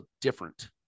different